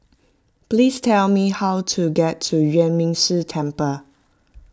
please tell me how to get to Yuan Ming Si Temple